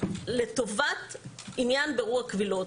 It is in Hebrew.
לטובת עניין בירור הקבילות.